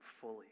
fully